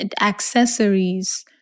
accessories